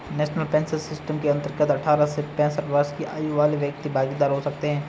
national pension system के अंतर्गत अठारह से पैंसठ वर्ष की आयु वाले व्यक्ति भागीदार हो सकते हैं